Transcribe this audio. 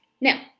Now